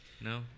No